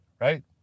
right